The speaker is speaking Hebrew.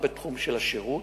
גם בתחום של השירות,